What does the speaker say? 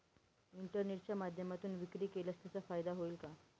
इंटरनेटच्या माध्यमातून विक्री केल्यास त्याचा फायदा होईल का?